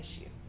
issue